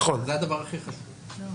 אין